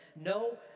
no